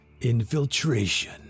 infiltration